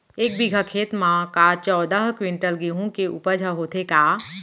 एक बीघा खेत म का चौदह क्विंटल गेहूँ के उपज ह होथे का?